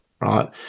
right